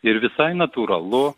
ir visai natūralu